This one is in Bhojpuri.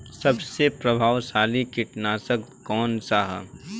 सबसे प्रभावशाली कीटनाशक कउन सा ह?